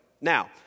Now